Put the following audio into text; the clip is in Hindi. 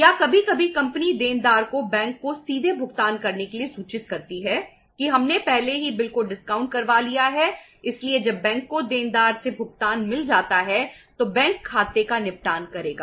या कभी कभी कंपनी देनदार को बैंक को सीधे भुगतान करने के लिए सूचित करती है कि हमने पहले ही बिल को डिस्काउंट करवा लिया है इसलिए जब बैंक को देनदार से भुगतान मिल जाता है तो बैंक खाते का निपटान करेगा